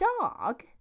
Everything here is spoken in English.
dog